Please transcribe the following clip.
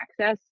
access